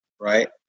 right